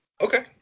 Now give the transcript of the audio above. Okay